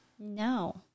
No